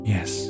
Yes